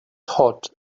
hot